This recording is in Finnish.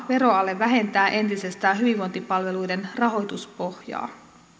veroale vähentää entisestään hyvinvointipalveluiden rahoituspohjaa